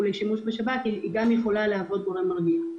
לשימוש בשב"כ יכולה להוות גורם מרגיע.